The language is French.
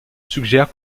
suggère